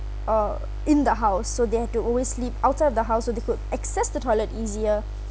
or in the house so they have to always sleep outside of the house so they could access the toilet easier